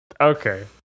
Okay